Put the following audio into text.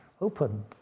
open